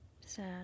Sad